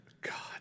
God